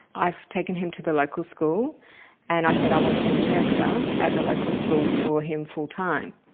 i've taken him to the local school and i said i want an interpreter at the local school for him, full time.